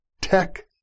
Tech